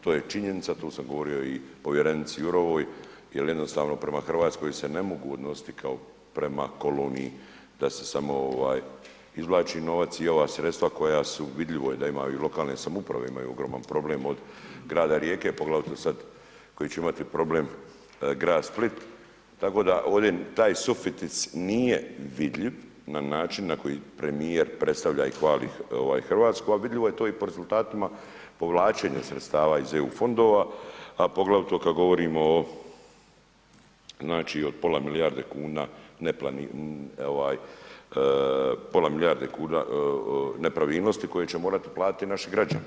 To je činjenica to sam govorio i povjerenici Jurovoj jer jednostavno prema Hrvatskoj se ne mogu odnositi kao prema koloniji da se samo ovaj izvlači novac i ova sredstava koja su, vidljivo je da ima i lokalne samouprave imaju ogroman problem od grada Rijeke poglavito sad koji će imati problem grad Split, tako da ovde taj suficit nije vidljiv na način na koji premijer predstavlja i hvali ovaj Hrvatsku, ali vidljivo je to i po rezultatima povlačenja sredstava iz EU fondova, a poglavito kad govorimo o znači o pola milijarde kuna neplaniranih, ovaj pola milijarde kuna nepravilnosti koje će morati platiti naši građani.